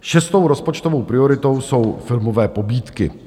Šestou rozpočtovou prioritou jsou filmové pobídky.